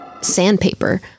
sandpaper